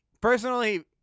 Personally